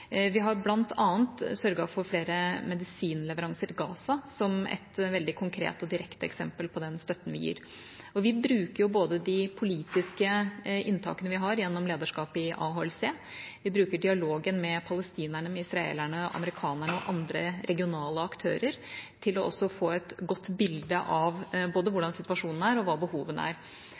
Vi har bl.a. sørget for flere medisinleveranser til Gaza, som er et veldig konkret og direkte eksempel på den støtten vi gir. Vi bruker både de politiske inntakene vi har, gjennom lederskapet i AHLC, vi bruker dialogen med palestinerne, israelerne, amerikanerne og andre regionale aktører til også å få et godt bilde av hvordan situasjonen er, og hva behovene er.